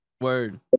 Word